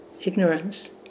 ignorance